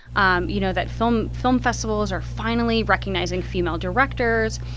um you know, that film film festivals are finally recognizing female directors.